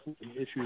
issues